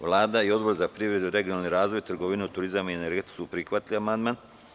Vlada i Odbor za privredu, regionalni razvoj, trgovinu, turizam i energetiku su prihvatili amandman.